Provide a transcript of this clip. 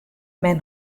men